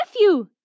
nephew